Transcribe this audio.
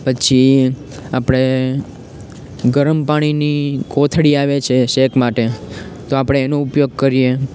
પછી આપણે ગરમ પાણીની કોથળી આવે છે શેક માટે તો આપણે એનો ઉપયોગ કરીએ